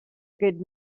good